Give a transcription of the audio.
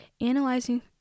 analyzing